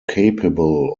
capable